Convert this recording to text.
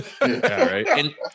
right